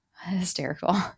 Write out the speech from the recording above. Hysterical